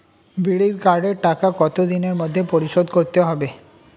বিড়ির কার্ডের টাকা কত দিনের মধ্যে পরিশোধ করতে হবে?